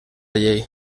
llei